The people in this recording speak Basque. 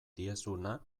diezuna